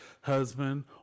husband